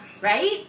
right